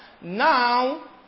Now